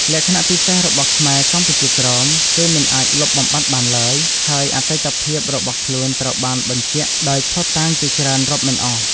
លក្ខណះពិសេសរបស់ខ្មែរកម្ពុជាក្រោម គឺមិនអាចលុបបំបាត់បានឡើយ ហើយអតីតភាពរបស់ខ្លួនត្រូវបានបញ្ជាក់ដោយភស្តុតាងជាច្រើនរាប់មិនអស់ ។